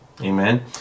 Amen